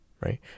right